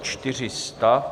400.